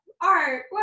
art